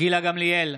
גילה גמליאל,